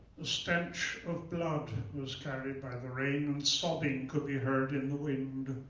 the stench of blood was carried by the rain, and sobbing could be heard in the wind.